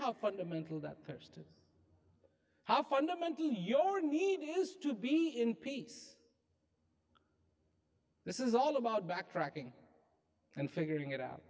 how fundamental that first how fundamental your need is to be in peace this is all about backtracking and figuring it out